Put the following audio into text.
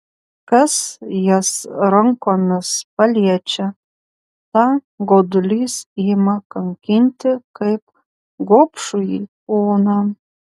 kas jas rankomis paliečia tą godulys ima kankinti kaip gobšųjį poną